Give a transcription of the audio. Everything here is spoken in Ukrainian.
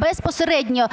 безпосередньо